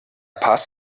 paz